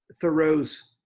Thoreau's